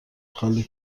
خالی